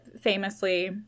famously